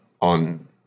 on